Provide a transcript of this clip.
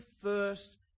first